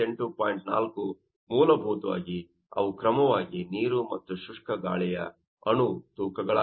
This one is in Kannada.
4 ಮೂಲಭೂತವಾಗಿ ಅವು ಕ್ರಮವಾಗಿ ನೀರು ಮತ್ತು ಶುಷ್ಕ ಗಾಳಿಯ ಅಣು ತೂಕಗಳಾಗಿವೆ